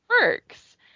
works